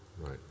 Right